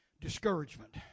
Discouragement